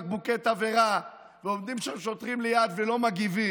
מעבירה הקואליציה את חוק הג'ובים הנורבגי.